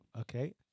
okay